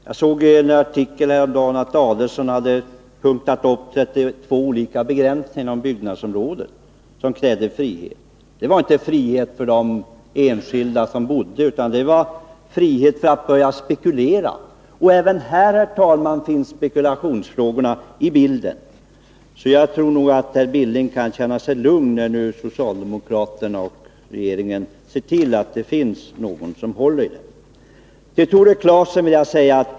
Jag såg i en artikel häromdagen att Ulf Adelsohn hade räknat upp 32 olika begränsningar inom byggnadsområdet där man krävde frihet. Det var inte frihet för de enskilda boende, utan det var frihet att börja spekulera. Även här, herr talman, finns spekulationsfrågorna med i bilden. Jag tror nog att herr Billing kan känna sig lugn, när nu socialdemokraterna och regeringen ser till att det finns någon som håller i dessa frågor.